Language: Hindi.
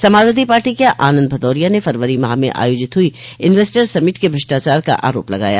समाजवादी पार्टी के आनंद भदौरिया ने फरवरी माह में आयोजित हुई इन्वस्टर समिट में भ्रष्टाचार का आरोप लगाया